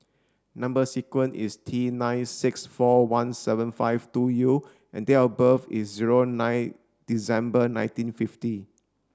number sequence is T nine six four one seven five two U and date of birth is zero nine December nineteen fifty